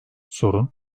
sorun